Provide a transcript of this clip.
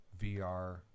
VR